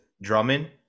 Drummond